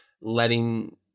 letting